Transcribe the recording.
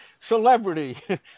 celebrity